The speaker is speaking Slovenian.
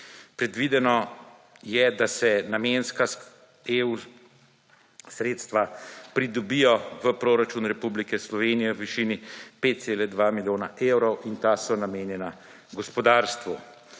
Predvideno je, da se namenska EU sredstva pridobijo v proračun Republike Slovenije v višini 5,2 milijona evrov in ta so namenjena gospodarstvu.